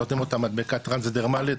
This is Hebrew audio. שנותנים אותה מדבקה טרנסדרמלית,